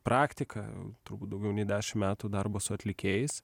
praktiką turbūt daugiau nei dešim metų darbo su atlikėjais